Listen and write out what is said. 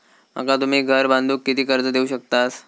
माका तुम्ही घर बांधूक किती कर्ज देवू शकतास?